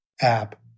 app